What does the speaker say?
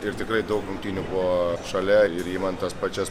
ir tikrai daug rungtynių buvo šalia ir imant tas pačias